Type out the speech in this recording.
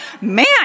man